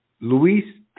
Luis